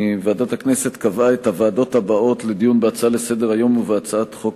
ועדת הכנסת קבעה את הוועדות הבאות לדיון בהצעה לסדר-היום ובהצעת חוק